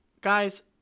Guys